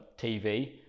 tv